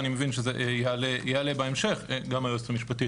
ואני מבין שזה יעלה בהמשך וגם היועצת המשפטית